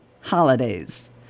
holidays